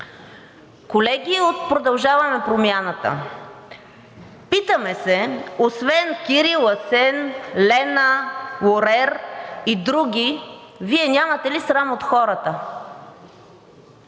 Колеги от „Продължаваме Промяната“, питаме се, освен Кирил, Асен, Лена, Лорер и други, Вие нямате ли срам от хората?